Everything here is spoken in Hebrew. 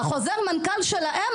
בחוזר מנכ"ל שלהם,